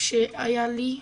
שהיה לי,